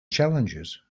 challenges